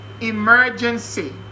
emergency